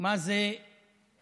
מה זה הפצצות